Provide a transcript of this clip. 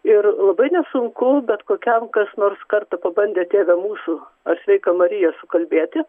ir labai nesunku bet kokiam kas nors kartą pabandė tėve mūsų ar sveika marija sukalbėti